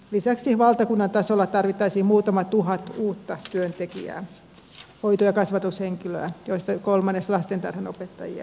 lisäksi valtakunnan tasolla tarvittaisiin muutama tuhat uutta työntekijää hoito ja kasvatushenkilöä joista kolmannes lastentarhanopettajia